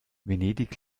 venedig